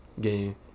game